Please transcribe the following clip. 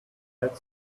add